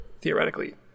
theoretically